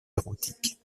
érotiques